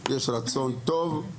יש רצון טוב.